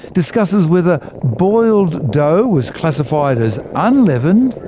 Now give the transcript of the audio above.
discusses whether boiled dough was classified as unleavened,